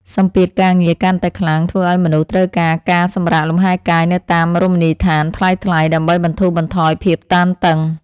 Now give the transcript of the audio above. សម្ពាធការងារកាន់តែខ្លាំងធ្វើឱ្យមនុស្សត្រូវការការសម្រាកលំហែកាយនៅតាមរមណីយដ្ឋានថ្លៃៗ ដើម្បីបន្ធូរបន្ថយភាពតានតឹង។